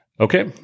Okay